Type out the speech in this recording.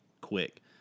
quick